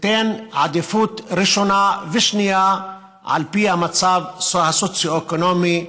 ותיתן עדיפות ראשונה ושנייה על פי המצב הסוציו-אקונומי בלבד.